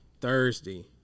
Thursday